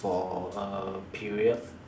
for a period